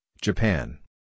Japan